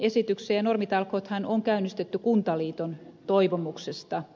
normitalkoothan on käynnistetty kuntaliiton toivomuksesta